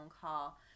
call